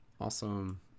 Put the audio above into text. Awesome